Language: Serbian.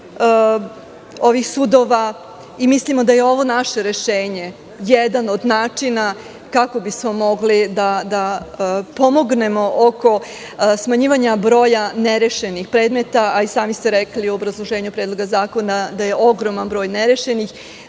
tu efikasnost ovih sudova? Mislimo da je ovo naše rešenje jedan od načina kako bismo mogli da pomognemo oko smanjivanja broja nerešenih predmeta, a i sami ste rekli u obrazloženju Predloga zakona da je ogroman broj nerešenih,